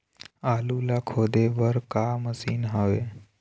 आलू ला खोदे बर का मशीन हावे?